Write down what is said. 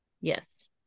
yes